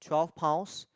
twelve pounds